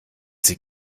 sie